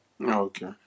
Okay